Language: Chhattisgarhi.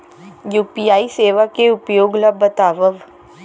यू.पी.आई सेवा के उपयोग ल बतावव?